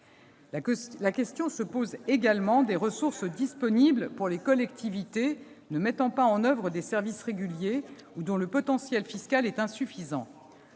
la question des ressources disponibles pour les collectivités ne mettant pas en oeuvre des services réguliers ou dont le potentiel fiscal est insuffisant.